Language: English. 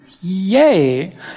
Yay